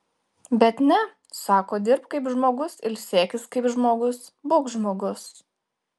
bet ne sako dirbk kaip žmogus ilsėkis kaip žmogus būk žmogus